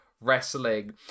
wrestling